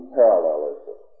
parallelism